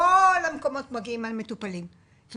מכל המקומות מגיעים המטופלים ברגע שהם רואים את האוטו הזה.